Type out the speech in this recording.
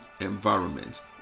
environment